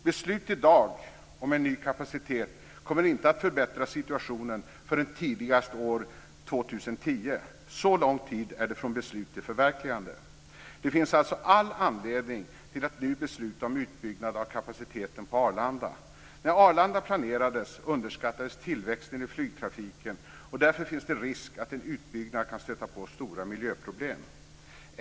Beslut i dag om en ny kapacitet kommer inte att förbättra situationen förrän tidigast år 2010. Så lång tid är det mellan beslut och förverkligande. Det finns alltså all anledning att nu besluta om en utbyggnad av kapaciteten på Arlanda. När man planerade Arlanda underskattades tillväxten i flygtrafiken. Därför finns risken att en utbyggnad kan stöta på stora miljöproblem.